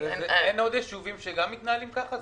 אין עוד יישובים שגם מתנהלים ככה?